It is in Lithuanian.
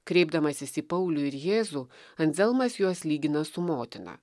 kreipdamasis į paulių ir jėzų anzelmas juos lygina su motina